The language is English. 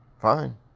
fine